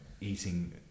eating